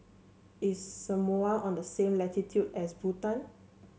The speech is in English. is Samoa on the same latitude as Bhutan